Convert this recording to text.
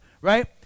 right